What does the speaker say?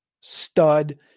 stud